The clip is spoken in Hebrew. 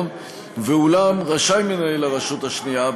ואולם רשאי מנהל הרשות השנייה,